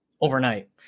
overnight